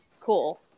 cool